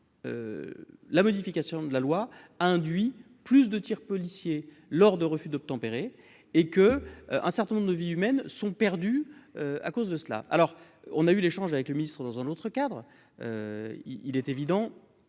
la modification de la loi a induit plus de tirs policiers lors de refus d'obtempérer et que un certain nombre de vies humaines sont perdues à cause de cela, alors on a eu l'échange avec le ministre-dans un autre cadre, il est évident